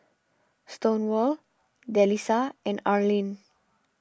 Stonewall Delisa and Arlin